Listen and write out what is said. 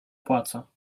płaca